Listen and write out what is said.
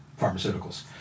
pharmaceuticals